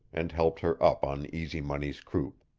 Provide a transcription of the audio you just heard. and helped her up on easy money's croup.